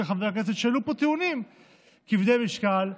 של חברי הכנסת שהעלו פה טיעונים כבדי משקל,